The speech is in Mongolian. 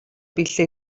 билээ